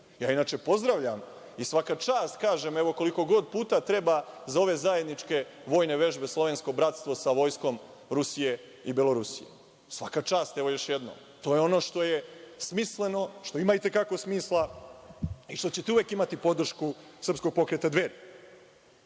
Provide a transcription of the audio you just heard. Inače pozdravljam, i svaka čast, kažem, evo, koliko god puta treba za ove zajedničke vojne vežbe slovensko bratstvo sa vojskom Rusije i Belorusije. Svaka čast, evo još jednom. To je ono što je smisleno, što ima i te kako smisla i što ćete uvek imati podršku SP Dveri. Želim